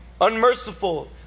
unmerciful